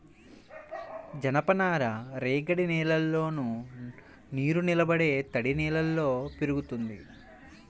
జనపనార రేగడి నేలల్లోను, నీరునిలబడే తడినేలల్లో పెరుగుతుంది